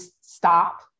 stop